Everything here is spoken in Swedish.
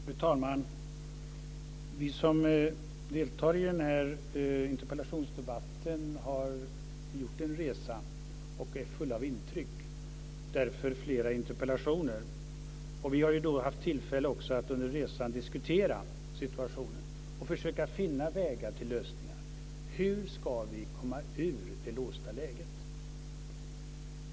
Fru talman! Vi som deltar i denna interpellationsdebatt har gjort en resa och är fulla av intryck, och därför har det väckts flera interpellationer. Vi har också haft tillfälle att under resan diskutera situationen och försöka finna vägar till lösningar. Hur ska vi komma ur det låsta läget?